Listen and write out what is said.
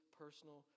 personal